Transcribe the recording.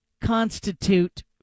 constitute